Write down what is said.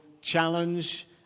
challenge